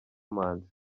manzi